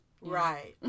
Right